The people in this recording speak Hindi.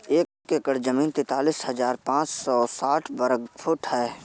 एक एकड़ जमीन तैंतालीस हजार पांच सौ साठ वर्ग फुट है